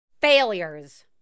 Failures